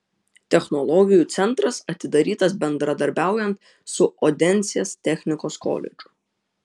technologijų centras atidarytas bendradarbiaujant su odensės technikos koledžu